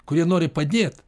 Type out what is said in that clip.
kurie nori padėt